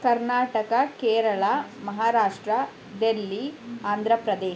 Karnataka Kerala Maharashtra Delhi Andhra Pradesh